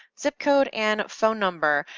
zip code and phone number.